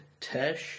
Tesh